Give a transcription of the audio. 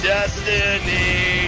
Destiny